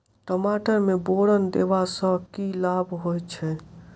टमाटर मे बोरन देबा सँ की लाभ होइ छैय?